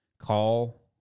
call